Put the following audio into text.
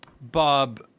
Bob